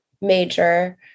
major